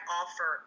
offer